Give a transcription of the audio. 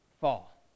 fall